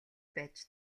байж